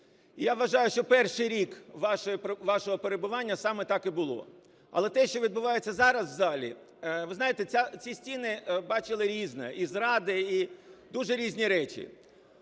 Я вважаю, що перший рік вашого перебування саме так і було. Але те, що відбувається зараз в залі… Ви знаєте, ці стіни бачили різне – і зради, і дуже різні речі.